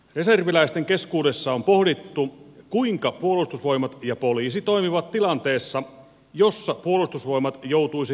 reserviläisten keskuudessa on pohdittu kuinka puolustusvoimat ja poliisi toimivat tilanteessa jossa puolustusvoimat joutuisi kohottamaan valmiutta